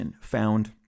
found